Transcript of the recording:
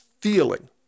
feeling